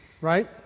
right